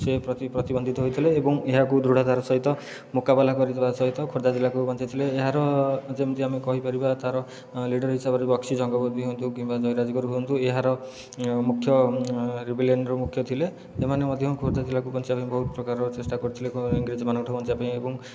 ସେ ପ୍ରତିବନ୍ଧିତ ହୋଇଥିଲେ ଏବଂ ଏହାକୁ ଦୃଢ଼ତାର ସହିତ ମୁକାବିଲା କରିଥିବା ସହିତ ଖୋର୍ଦ୍ଧା ଜିଲ୍ଲାକୁ ବଞ୍ଚାଇଥିଲେ ଏହାର ଯେମିତି ଆମେ କହିପାରିବା ତା'ର ଲିଡର ହିସାବରେ ବକ୍ସି ଜଗବନ୍ଧୁ ବି ହୁଅନ୍ତୁ କିମ୍ବା ଜୟୀ ରାଜଗୁରୁ ହୁଅନ୍ତୁ ଏହାର ମୁଖ୍ୟ ରେବେଲିଅନର ମୁଖ୍ୟ ଥିଲେ ଏମାନେ ମଧ୍ୟ ଖୋର୍ଦ୍ଧା ଜିଲ୍ଲାକୁ ବଞ୍ଚାଇବା ପାଇଁ ବହୁତ ପ୍ରକାର ଚେଷ୍ଟା କରିଥିଲେ ଇଂରେଜମାନଙ୍କଠୁ ବଞ୍ଚାଇବାପାଇଁ ଏବଂ